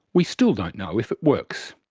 we still don't know if it works.